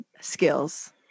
Skills